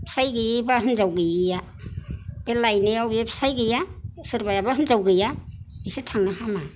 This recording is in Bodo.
फिसाय गैयि बा हिनजाव गैयिया बे लायनायावा बे फिसाइ गैया सोरबायाबा हिनजाव गैयिया बिसोर थांनो हामा